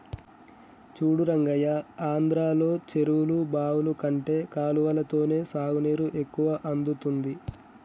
చూడు రంగయ్య ఆంధ్రలో చెరువులు బావులు కంటే కాలవలతోనే సాగునీరు ఎక్కువ అందుతుంది